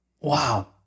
wow